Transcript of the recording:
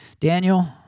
Daniel